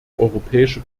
europäische